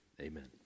amen